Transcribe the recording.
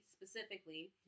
specifically